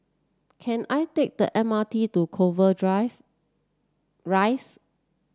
can I take the M R T to Clover Rise